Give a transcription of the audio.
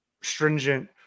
stringent